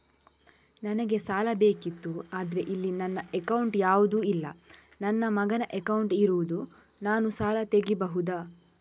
ನನಗೆ ಸಾಲ ಬೇಕಿತ್ತು ಆದ್ರೆ ಇಲ್ಲಿ ನನ್ನ ಅಕೌಂಟ್ ಯಾವುದು ಇಲ್ಲ, ನನ್ನ ಮಗನ ಅಕೌಂಟ್ ಇರುದು, ನಾನು ಸಾಲ ತೆಗಿಬಹುದಾ?